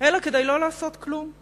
אלא כדי לא לעשות כלום,